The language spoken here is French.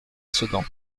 sedan